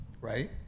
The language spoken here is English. Right